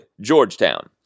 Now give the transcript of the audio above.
Georgetown